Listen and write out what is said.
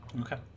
Okay